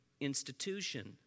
institution